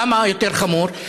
למה יותר חמור?